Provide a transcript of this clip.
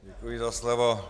Děkuji za slovo.